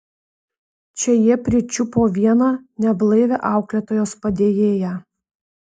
čia jie pričiupo vieną neblaivią auklėtojos padėjėją